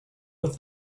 with